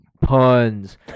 puns